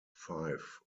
five